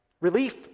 Relief